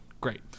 Great